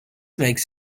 makes